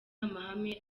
amahame